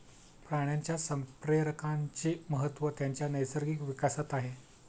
प्राण्यांच्या संप्रेरकांचे महत्त्व त्यांच्या नैसर्गिक विकासात आहे